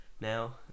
now